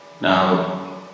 Now